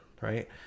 Right